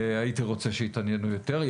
הייתי רוצה שיתעניינו יותר.